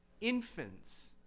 infants